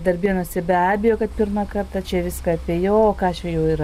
darbėnuose be abejo kad pirmą kartą čia viską apėjau o ką čia jau yra